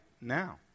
now